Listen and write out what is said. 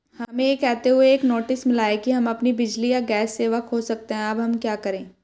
हमें यह कहते हुए एक नोटिस मिला कि हम अपनी बिजली या गैस सेवा खो सकते हैं अब हम क्या करें?